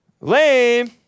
Lame